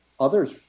others